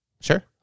Sure